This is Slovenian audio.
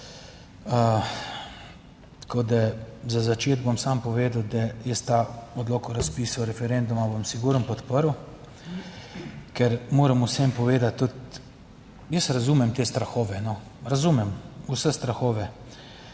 Tako da za začetek bom samo povedal, da jaz ta odlok o razpisu referenduma bom sigurno podprl, ker moram vseeno povedati, tudi jaz razumem te strahove, razumem vse strahove,